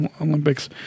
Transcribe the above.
Olympics